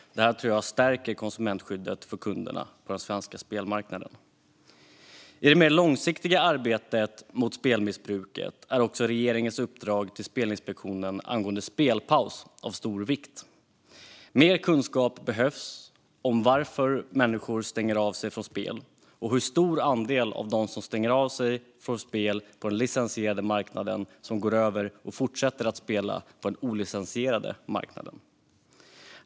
Jag tror att detta stärker konsumentskyddet för kunderna på den svenska spelmarknaden. I det mer långsiktiga arbetet mot spelmissbruk är också regeringens uppdrag till Spelinspektionen angående spelpaus av stor vikt. Mer kunskap behövs om varför personer stänger av sig från spel och om hur stor andel av dem som stänger av sig från spel på den licensierade marknaden som går över och fortsätter att spela på den olicensierade marknaden.